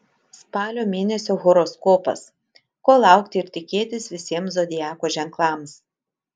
spalio mėnesio horoskopas ko laukti ir tikėtis visiems zodiako ženklams